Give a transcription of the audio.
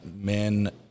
men